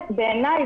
בעיניי,